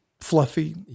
fluffy